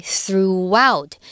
throughout